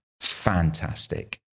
fantastic